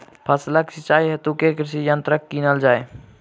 फसलक सिंचाई हेतु केँ कृषि यंत्र कीनल जाए?